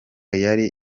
yari